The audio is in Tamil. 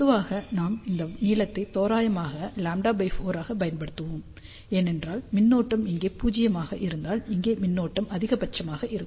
பொதுவாக நாம் இந்த நீளத்தை தோராயமாக λ4 ஆகப் பயன்படுத்துவோம் ஏனென்றால் மின்னோட்டம் இங்கே பூஜ்ஜியமாக இருந்தால் இங்கே மின்னோட்டம் அதிகபட்சமாக இருக்கும்